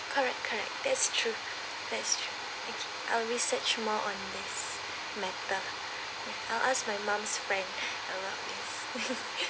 correct correct that's true that's true I'll research more on this matter I'll ask my mum's friend about this